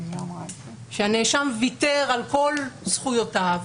שהנאשם ויתר על כל זכויותיו,